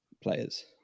players